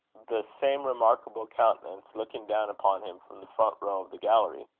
the same remarkable countenance looking down upon him from the front row of the gallery.